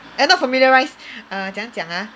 err not familiarise err 怎样讲 ah